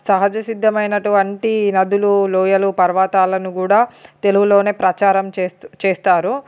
సహజ సిద్ధమైనటువంటి నదులు లోయలు పర్వతాలను కూడా తెలుగులోనే ప్రచారం చేస్తా చేస్తారు